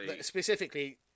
specifically